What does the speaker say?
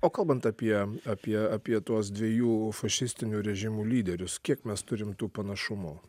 o kalbant apie apie apie tuos dviejų fašistinių režimų lyderius kiek mes turime tų panašumų